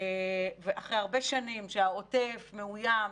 אחרי הרבה שנים שהעוטף מאוים,